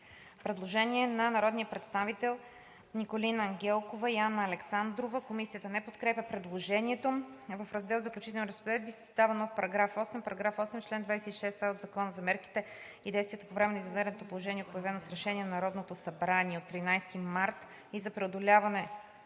Предложение на народните представител Николина Ангелкова и Анна Александрова. Комисията не подкрепя предложението. В раздел „Заключителни разпоредби“ се създава нов § 8: „§ 8. Член 26а. Законът за мерките и действията по време на извънредното положение, обявено с решение на Народното събрание от 13 март 2020 г. и за преодоляване